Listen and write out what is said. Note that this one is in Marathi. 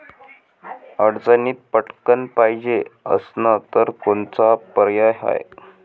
अडचणीत पटकण पायजे असन तर कोनचा पर्याय हाय?